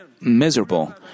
miserable